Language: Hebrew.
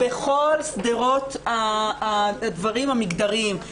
בכל שדרות הדברים המגדריים,